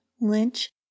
lynch